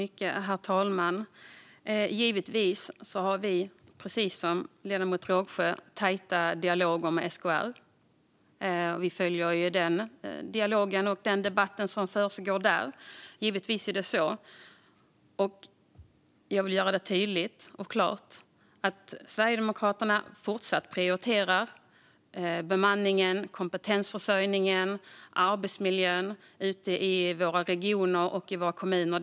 Herr talman! Givetvis har vi, precis som ledamoten Rågsjö, tajta dialoger med SKR. Vi följer debatten som försiggår där. Jag vill göra det tydligt och klart att Sverigedemokraterna fortsätter att prioritera bemanning, kompetensförsörjning och arbetsmiljö ute i regioner och kommuner.